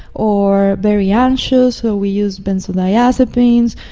or very anxious, where we use benzodiazepines.